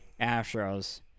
Astros